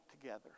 together